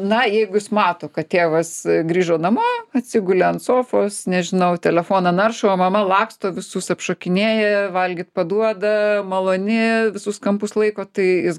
na jeigu jis mato kad tėvas grįžo namo atsigulė ant sofos nežinau telefoną naršo o mama laksto visus apšokinėja valgyt paduoda maloni visus kampus laiko tai jis